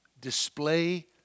display